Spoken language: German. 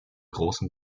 großen